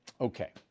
Okay